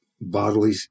bodily